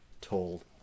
told